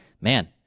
man